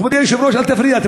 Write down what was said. מכובדי היושב-ראש, אל תפריע.